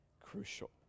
crucial